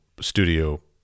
studio